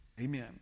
amen